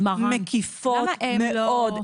מקיפות מאוד,